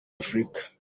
afrique